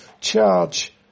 charge